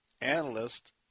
analyst